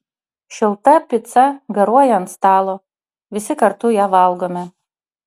šilta pica garuoja ant stalo visi kartu ją valgome